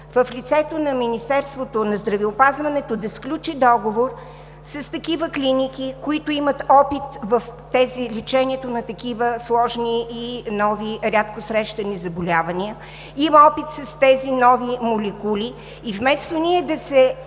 в лицето на Министерството на здравеопазването да сключи договор с такива клиники, които имат опит в лечението на такива сложни и нови рядко срещани заболявания, има опит с тези нови молекули и вместо ние за